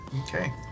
Okay